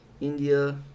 India